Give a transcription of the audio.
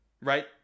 Right